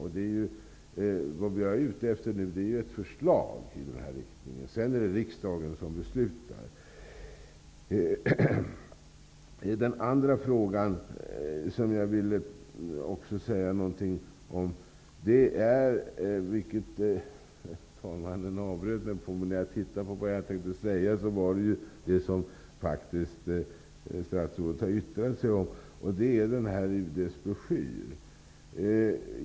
Vad jag nu är ute efter är ett förslag i nämnda riktning. Sedan är det ju riksdagen som beslutar. I den andra frågan vill jag också säga några ord. Andre vice talmannen avbröt mig tidigare. Men det jag tänkte säga var just det som statsrådet har yttrat sig om. Det gäller då UD:s broschyr.